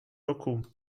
roku